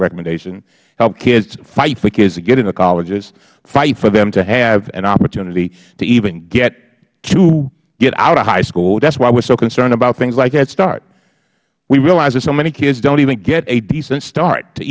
recommendation to fight for kids to get into colleges fight for them to have an opportunity to even get to get out of high school that is why we are so concerned about things like head start we realize that so many kids don't even get a decent start to